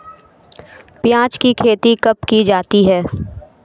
प्याज़ की खेती कब की जाती है?